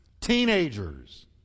teenagers